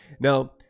now